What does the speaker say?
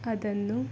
ಅದನ್ನು